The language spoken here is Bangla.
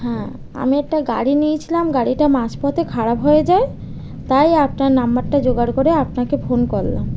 হ্যাঁ আমি একটা গাড়ি নিয়েছিলাম গাড়িটা মাছ পথে খারাপ হয়ে যায় তাই আপনার নম্বরটা জোগাড় করে আপনাকে ফোন করলাম